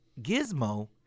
Gizmo